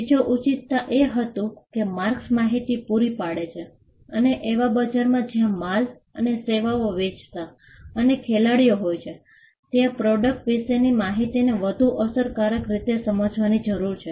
બીજો ઉચિતતા એ હતું કે માર્કસ માહિતી પૂરી પાડે છે અને એવા બજારમાં જ્યાં માલ અને સેવાઓ વેચતા અનેક ખેલાડીઓ હોય છે ત્યાં પ્રોડક્ટ વિશેની માહિતીને વધુ અસરકારક રીતે સમજવાની જરૂર છે